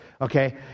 Okay